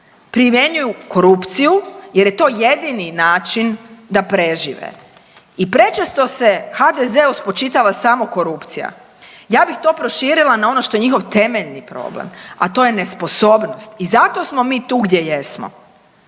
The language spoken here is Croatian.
primjenjuju korupciju jer je to jedini način da prežive i prečesto se HDZ-u spočitava samo korupcija. Ja bih to proširila na ono što je njihov temeljni problem, a to je nesposobnost i zato smo mi tu gdje jesmo.